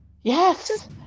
Yes